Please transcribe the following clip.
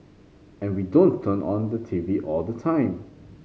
and we don't turn on the TV all the time